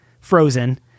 frozen